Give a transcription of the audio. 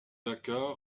dakkar